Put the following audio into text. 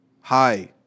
Hi